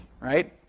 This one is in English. right